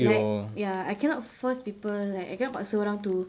like ya I cannot force people like I cannot paksa orang to